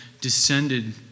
descended